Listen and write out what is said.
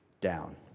down